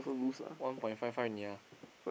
one point five five only ah